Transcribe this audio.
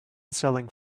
selling